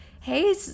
hey